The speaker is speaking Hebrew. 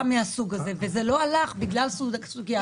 מהסוג הזה וזה לא הלך בגלל סוגיית הניהול.